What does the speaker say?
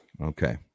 Okay